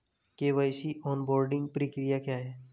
KYC onboarding प्रक्रिया क्या है?